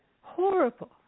Horrible